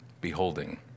beholding